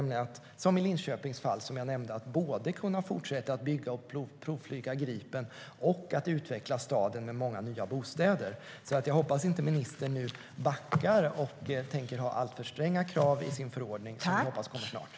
I Linköpings fall, som jag nämnde, är det att kunna både fortsätta att bygga och provflyga Gripen och utveckla staden med många nya bostäder.